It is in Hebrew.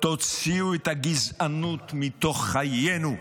תוציאו את הגזענות מתוך חיינו,